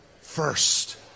first